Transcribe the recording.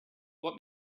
what